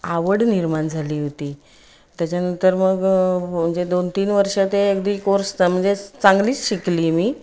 आवड निर्माण झाली होती त्याच्यानंतर मग म्हणजे दोन तीन वर्ष ते अगदी कोर्स म्हणजे चांगलीच शिकले मी